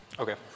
Okay